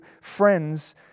friends